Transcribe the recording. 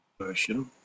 version